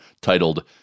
titled